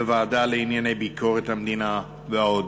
בוועדה לענייני ביקורת המדינה ועוד.